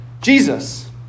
Jesus